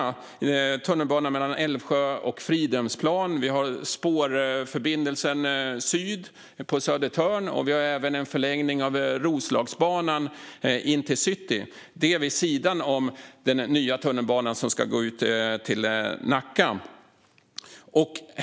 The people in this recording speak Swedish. Det är tunnelbanan mellan Älvsjö och Fridhemsplan, Spårväg syd på Södertörn, och vi har även en förlängning av Roslagsbanan in till City. Det är vid sidan om den nya tunnelbanan som ska gå ut till Nacka.